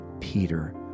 Peter